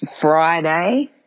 Friday